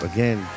Again